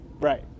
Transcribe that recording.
Right